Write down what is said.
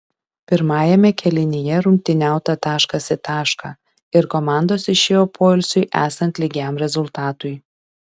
pirmajame kėlinyje rungtyniauta taškas į tašką ir komandos išėjo poilsiui esant lygiam rezultatui